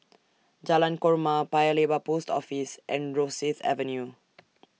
Jalan Korma Paya Lebar Post Office and Rosyth Avenue